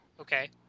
Okay